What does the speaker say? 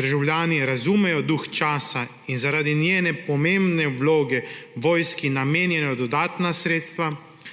državljani razumejo duh časa in zaradi njene pomembne vloge vojski namenjajo dodatna sredstva,